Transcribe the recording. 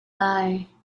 lai